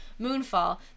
moonfall